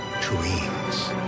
dreams